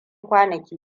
kwanaki